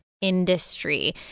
industry